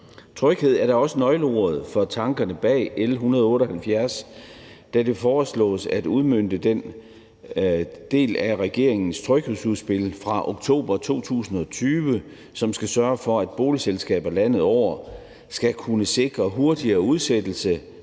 Tryghed er da også nøgleordet for tankerne bag L 178, hvor det foreslås at udmønte den del af regeringens tryghedsudspil fra oktober 2020, som skal sørge for, at boligselskaber landet over skal kunne sikre hurtigere udsættelse